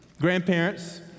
grandparents